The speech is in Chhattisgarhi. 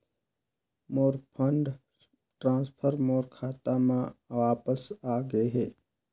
मोर फंड ट्रांसफर मोर खाता म वापस आ गे हे